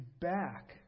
back